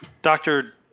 Doctor